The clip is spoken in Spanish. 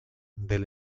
del